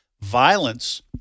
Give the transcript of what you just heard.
violence